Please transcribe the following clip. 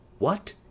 what,